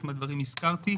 חלק מהדברים הזכרתי,